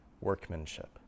workmanship